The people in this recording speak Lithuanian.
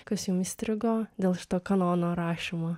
kas jum įstrigo dėl šito kanono rašymo